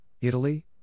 Italy